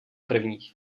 první